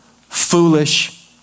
foolish